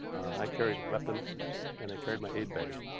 i carried a weapons and i carried my aid bag.